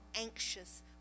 anxious